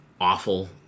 awful